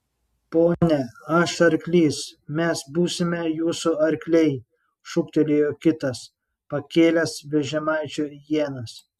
pone aš arklys mes būsime jūsų arkliai šūktelėjo kitas pakėlęs vežimaičio ienas